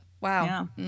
Wow